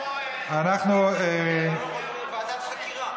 אנחנו חושבים שלוועדת חקירה.